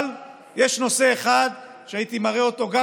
אבל יש נושא אחד שהייתי מראה אותו גם